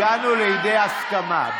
הגענו לידי הסכמה.